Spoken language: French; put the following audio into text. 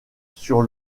sur